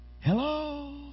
Hello